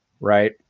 right